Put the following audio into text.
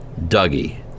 Dougie